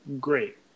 great